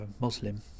Muslim